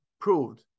proved